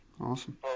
Awesome